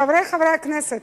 חברי חברי הכנסת,